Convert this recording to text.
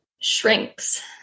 shrinks